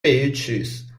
beaches